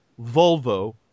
Volvo